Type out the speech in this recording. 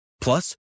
Plus